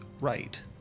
right